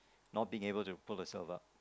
not being able to pull herself up